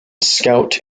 scout